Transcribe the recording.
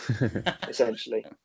essentially